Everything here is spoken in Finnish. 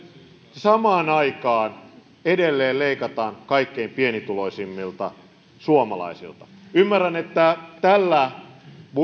samaan aikaan edelleen leikataan kaikkein pienituloisimmilta suomalaisilta ymmärrän että tällä